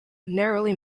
narrowly